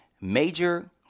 Major